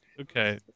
okay